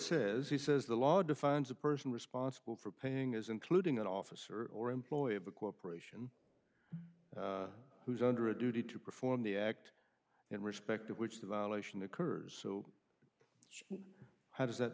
says he says the law defines a person responsible for paying as including an officer or employee of a corporation who's under a duty to perform the act in respect of which the volley in the kurds who how does that